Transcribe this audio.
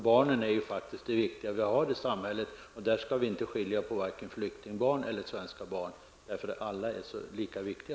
Barnen är faktiskt de viktigaste vi har i samhället. Där skall vi inte skilja på flyktingbarn och svenska barn -- alla är lika viktiga.